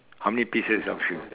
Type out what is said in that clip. how many pieces of shoe